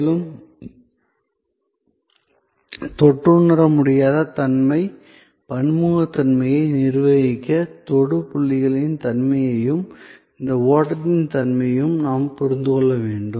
மேலும் தொட்டுணரமுடியாத தன்மையை பன்முகத்தன்மையை நிர்வகிக்க தொடு புள்ளிகளின் தன்மையையும் இந்த ஓட்டத்தின் தன்மையையும் நாம் புரிந்து கொள்ள வேண்டும்